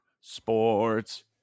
sports